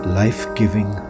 life-giving